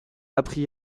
appris